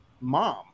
mom